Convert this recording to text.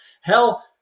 Hell